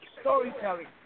storytelling